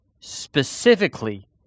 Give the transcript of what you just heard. specifically